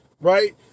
right